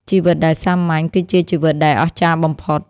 ជីវិតដែលសាមញ្ញ គឺជាជីវិតដែលអស្ចារ្យបំផុត។